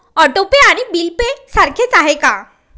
Auto pay आणि bill pay सारखेच आहे का?